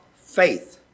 faith